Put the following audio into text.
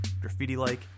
graffiti-like